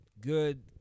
good